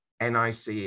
NICE